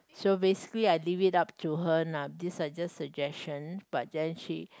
so basically I leave it up to her nah these are just suggestions but then she